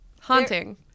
Haunting